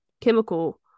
chemical